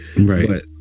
right